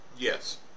Yes